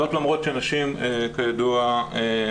זאת למרות שנשים, כידוע,